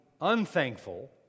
unthankful